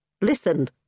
Listen